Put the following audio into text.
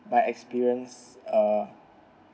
by experience uh